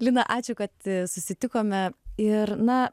lina ačiū kad susitikome ir na